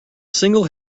single